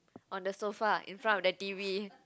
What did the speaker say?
on the sofa in front of the t_v